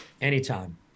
Anytime